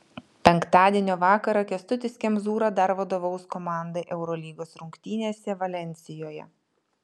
penktadienio vakarą kęstutis kemzūra dar vadovaus komandai eurolygos rungtynėse valensijoje